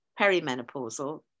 perimenopausal